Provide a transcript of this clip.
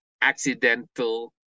accidental